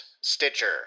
Stitcher